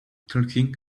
talking